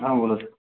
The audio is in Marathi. हां बोला स